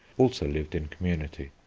also lived in community.